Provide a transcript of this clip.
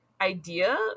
idea